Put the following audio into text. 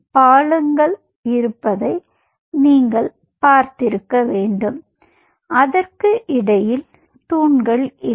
பாலங்கள் இருப்பதை நீங்கள் பார்த்திருக்க வேண்டும் அதற்கு இடையில் தூண்கள் இல்லை